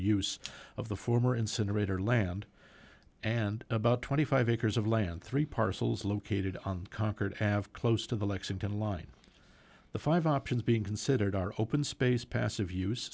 use of the former incinerator land and about twenty five acres of land three parcels located on concord have close to the lexington line the five options being considered are open space passive use